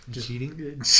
cheating